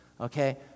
Okay